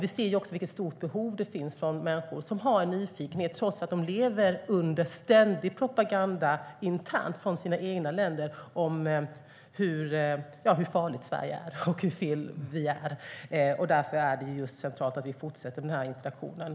Vi ser vilket stort behov det finns från människor som har en nyfikenhet trots att de lever under ständig propaganda internt från sina egna länder om hur farligt Sverige är och hur fel vi är. Därför är det centralt att vi fortsätter med denna interaktion.